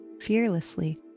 Fearlessly